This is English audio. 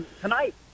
tonight